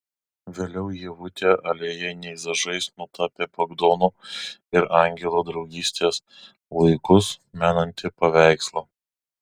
vėliau ievutė aliejiniais dažais nutapė bagdono ir angelo draugystės laikus menantį paveikslą